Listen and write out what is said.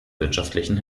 wirtschaftlichen